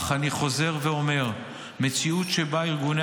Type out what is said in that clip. אך אני חוזר ואומר: מציאות שבה ארגוני